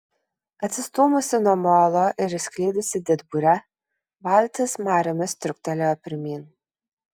atsistūmusi nuo molo ir išskleidusi didburę valtis mariomis trūktelėjo pirmyn